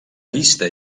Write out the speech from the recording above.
llista